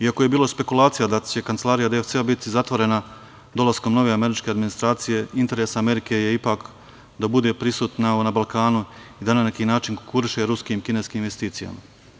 Iako je bilo špekulacija da će kancelarija DFC-a biti zatvorena dolaskom nove američke administracije, interes Amerike je, ipak, da bude prisutna na Balkanu i da na neki način konkuriše ruskim i kineskim investicijama.